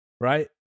Right